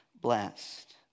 blessed